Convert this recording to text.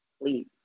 please